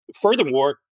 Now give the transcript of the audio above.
Furthermore